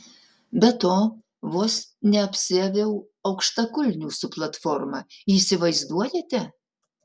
be to vos neapsiaviau aukštakulnių su platforma įsivaizduojate